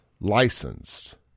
licensed